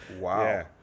Wow